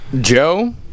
Joe